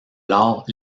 l’art